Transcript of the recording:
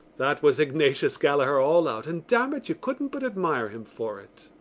that was ignatius gallaher all out and, damn it, you couldn't but admire him for it.